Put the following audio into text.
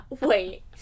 wait